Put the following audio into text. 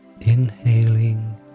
inhaling